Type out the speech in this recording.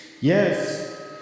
Yes